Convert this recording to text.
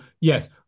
yes